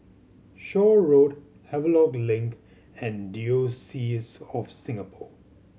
Shaw Road Havelock Link and Diocese of Singapore